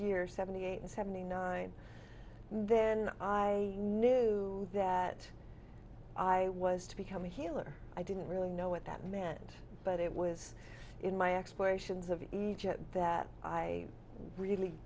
year seventy eight and seventy nine then i knew that i was to become a healer i didn't really know what that meant but it was in my explorations of egypt that i really